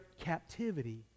captivity